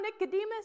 Nicodemus